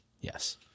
Yes